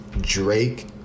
Drake